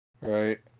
right